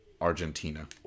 Argentina